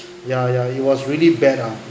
yeah yeah it was really bad ah